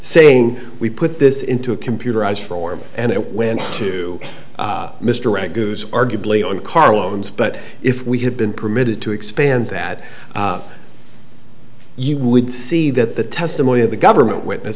saying we put this into a computerized form and it went to mr arguably on car loans but if we had been permitted to expand that you would see that the testimony of the government witness